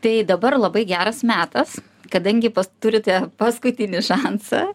tai dabar labai geras metas kadangi pas turite paskutinį šansą